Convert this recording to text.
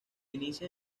inicia